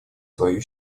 свою